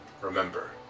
remember